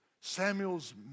Samuel's